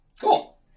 Cool